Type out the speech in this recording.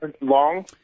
long